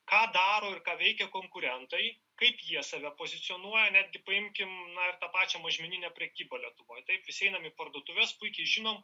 ką daro ir ką veikia konkurentai kaip jie save pozicionuoja netgi paimkim na ir tą pačią mažmeninę prekybę lietuvoj taip visi einam į parduotuves puikiai žinom